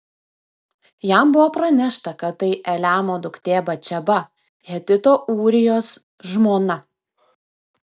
jam buvo pranešta kad tai eliamo duktė batšeba hetito ūrijos žmona